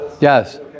Yes